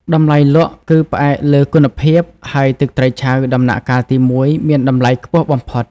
តម្លៃលក់ គឺផ្អែកលើគុណភាព ហើយទឹកត្រីឆៅដំណាក់កាលទីមួយមានតម្លៃខ្ពស់បំផុត។